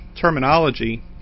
terminology